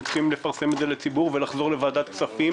הם צריכים לפרסם את זה לציבור ולחזור לוועדת הכספים.